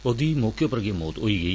ओहदी मौके पर गै मौत होई गई